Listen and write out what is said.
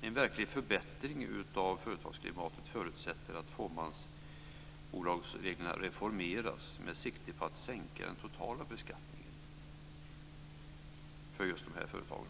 En verklig förbättring av företagsklimatet förutsätter att fåmansbolagsreglerna reformeras med sikte på att sänka den totala beskattningen av just dessa företag.